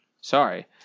sorry